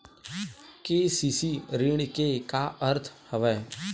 KCC ऋण के का अर्थ हवय?